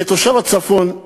כתושב הצפון,